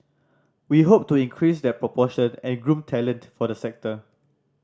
we hope to increase that proportion and groom talent for the sector